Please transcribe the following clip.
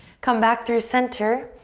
come back through center,